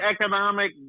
economic